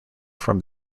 from